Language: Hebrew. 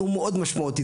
הוא מאוד משמעותי.